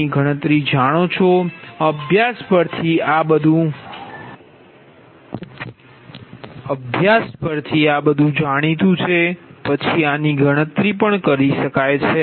n જાણો છો અભ્યાસ પરથી આ બધું જાણીતું છે પછી આની ગણતરી પણ કરી શકાય છે